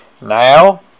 now